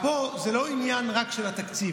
פה זה לא רק עניין של התקציב.